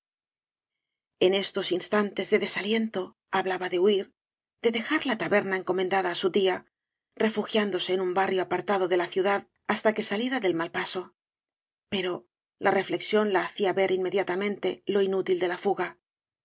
en estos instantes de desaliento hablaba de huir de dejar la taberna encomendada á su tía refugiándose en un barrio apartado de la ciudad hasta que saliera del mal paso pero la reflexión la hacia ver inmediatamente lo inútil de la fuga